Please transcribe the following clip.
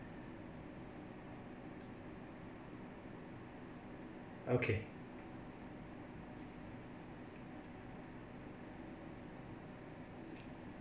okay